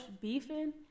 beefing